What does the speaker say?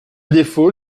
défaut